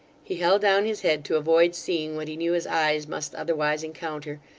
he held down his head to avoid seeing what he knew his eyes must otherwise encounter,